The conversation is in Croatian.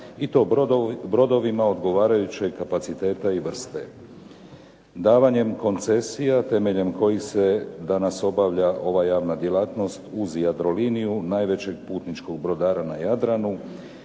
i to brodovima odgovarajućeg kapaciteta i vrste. Davanjem koncesija temeljem kojih se danas obavlja ova javna djelatnost uz Jadroliniju najvećeg putničkog brodara na Jadranu